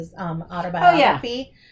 autobiography